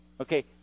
Okay